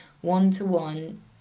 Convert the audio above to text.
one-to-one